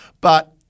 but-